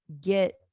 get